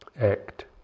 act